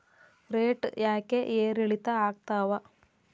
Rate ಯಾಕೆ ಏರಿಳಿತ ಆಗ್ತಾವ?